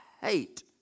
Hate